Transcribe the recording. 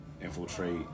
infiltrate